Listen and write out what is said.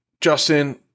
Justin